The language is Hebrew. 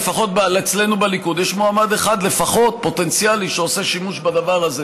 לפחות אצלנו בליכוד יש מועמד פוטנציאלי אחד לפחות שעושה שימוש בדבר הזה.